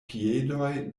piedoj